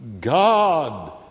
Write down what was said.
God